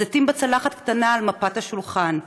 / והזיתים בצלחת קטנה / על מפת השולחן.